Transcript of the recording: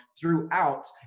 throughout